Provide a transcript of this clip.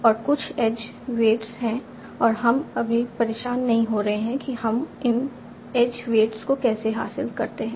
और कुछ edge weights हैं और हम अभी परेशान नहीं हो रहे हैं कि हम इन एज वेट्स को कैसे हासिल करते हैं